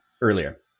earlier